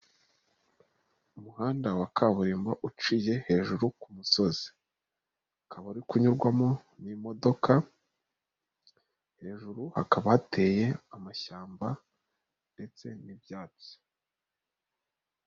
Umuhanda wa kaburimbo uciye hejuru ku musozi, ukaba uri kunyurwamo n'imodoka, hejuru hakaba hateye amashyamba ndetse n'ibyatsi.